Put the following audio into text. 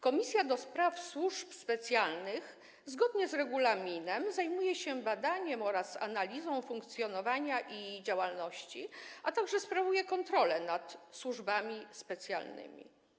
Komisja do Spraw Służb Specjalnych zgodnie z regulaminem zajmuje się badaniem oraz analizą funkcjonowania i działalności, a także sprawuje kontrolę nad służbami specjalnymi.